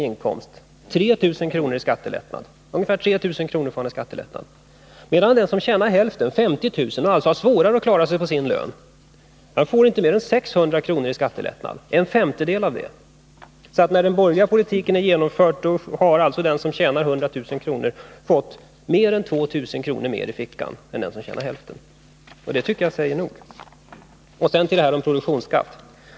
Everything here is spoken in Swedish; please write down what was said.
i inkomst ungefär 3 000 13 kr. i skattelättnad, medan den som tjänar hälften så mycket, dvs. 50 000 kr., och alltså har svårare att klara sig på sin lön, inte får mer än 600 kr. i skattelättnad. När den borgerliga politiken är genomförd har alltså den som tjänar 100 000 kr. fått mer än 2 000 kr. mer i fickan än den som tjänar 50 000 kr. Det tycker jag säger nog. Sedan till frågan om produktionsskatt.